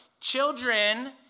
Children